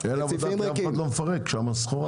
כי אף אחד לא מפרק שם סחורה.